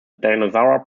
dinosaur